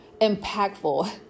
impactful